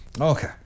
Okay